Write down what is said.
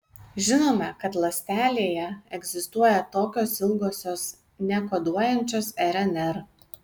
žinome kad ląstelėje egzistuoja tokios ilgosios nekoduojančios rnr